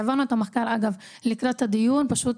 העברנו את המחקר לקראת הדיון, פשוט